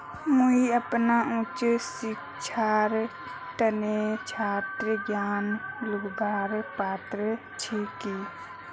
मुई अपना उच्च शिक्षार तने छात्र ऋण लुबार पत्र छि कि?